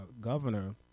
governor